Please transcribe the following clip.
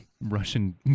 Russian